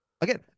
Again